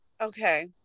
okay